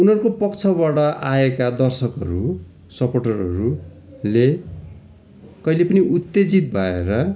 उनीहरूको पक्षबाट आएका दर्शकहरू सपोर्टरहरूले कहिले पनि उत्तेजित भएर